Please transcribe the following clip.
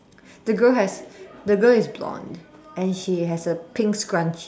the girl has the girl is blonde and she has a pink scrunchie